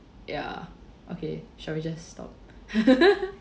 ya okay shall we just stop